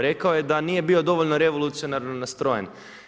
Rekao je da nije bio dovoljno revolucionarno nastrojen.